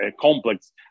complex